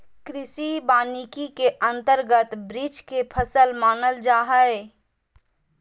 कृषि वानिकी के अंतर्गत वृक्ष के फसल मानल जा हइ